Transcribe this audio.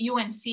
UNC